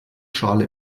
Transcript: schale